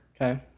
Okay